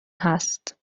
هست